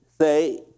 say